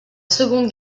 seconde